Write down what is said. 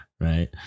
right